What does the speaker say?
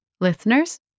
Listeners